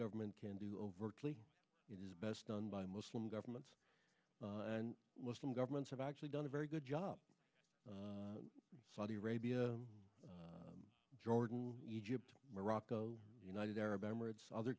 government can do overtly it is best done by muslim governments and muslim governments have actually done a very good job of saudi arabia jordan egypt morocco united arab emirates other